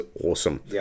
awesome